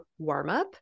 warmup